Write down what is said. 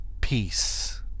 peace